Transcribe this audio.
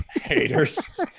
haters